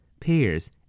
pears